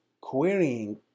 querying